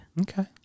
okay